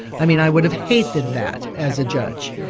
i mean i would have hated that, as a judge.